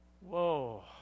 Whoa